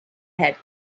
had